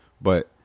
But-